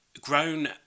grown